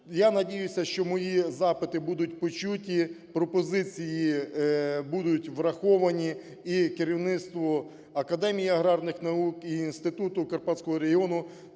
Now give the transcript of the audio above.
Я надіюся, що мої запити будуть почуті. пропозиції будуть враховані і керівництво Академії аграрних наук і Інституту Карпатського регіону